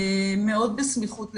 מאוד בסמיכות לשיבא,